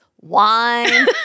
Wine